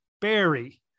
Barry